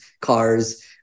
cars